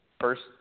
first –